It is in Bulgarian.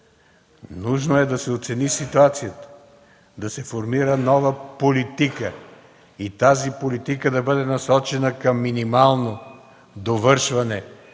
нужно е да се оцени ситуацията, да се формира нова политика и тази политика да бъде насочена към минимално довършване